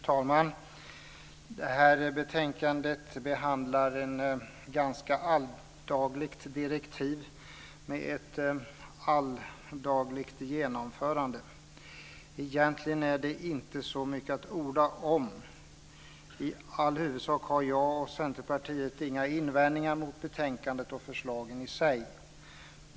Fru talman! Det här betänkandet behandlar ett ganska alldagligt direktiv, med ett alldagligt genomförande. Egentligen är det inte så mycket att orda om. I all huvudsak har jag och Centerpartiet inga invändningar mot betänkandet och förslagen i sig.